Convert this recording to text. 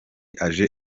aje